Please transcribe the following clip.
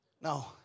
No